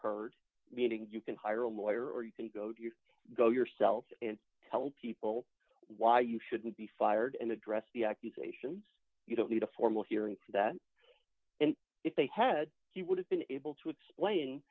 heard meaning you can hire a lawyer you can go do you go yourself and tell people why you shouldn't be fired and address the accusation you don't need a formal hearing for that and if they had he would have been able to explain